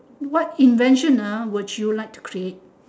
what invention ah would you like to create